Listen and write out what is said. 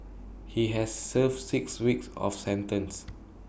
he has served six weeks of sentence